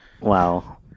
Wow